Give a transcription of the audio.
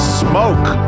smoke